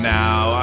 now